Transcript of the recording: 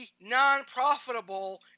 non-profitable